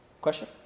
Question